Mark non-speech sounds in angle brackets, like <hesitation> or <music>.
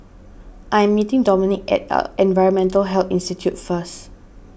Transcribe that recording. I am meeting Dominik at <hesitation> Environmental Health Institute first